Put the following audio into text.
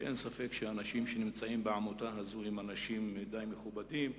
ואין ספק שאנשים שנמצאים בעמותה הזו הם אנשים די מכובדים,